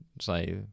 say